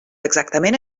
exactament